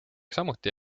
samuti